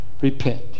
Repent